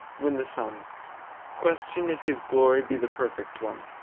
when the sun question if his glory be the perfect one.